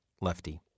Lefty